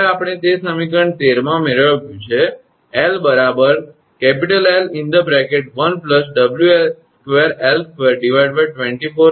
હવે આપણે તે સમીકરણ 13 માં મેળવ્યું છે 𝑙 𝐿1 𝑊2𝐿2 24𝐻2